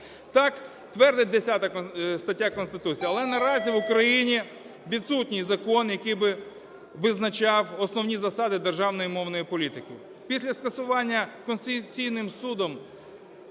так твердить 10 стаття Конституції. Але наразі в Україні відсутній закон, який би визначав основні засади державної мовної політики. Після скасування Конституційним Судом